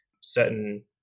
certain